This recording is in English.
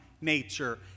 nature